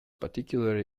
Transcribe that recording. particularly